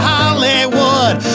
Hollywood